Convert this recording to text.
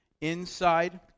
inside